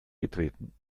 getreten